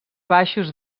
baixos